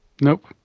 Nope